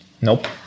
Nope